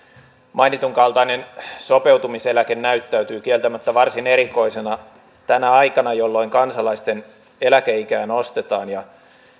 mainitun kaltainen sopeutumiseläke näyttäytyy kieltämättä varsin erikoisena tänä aikana jolloin kansalaisten eläkeikää nostetaan ja